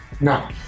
No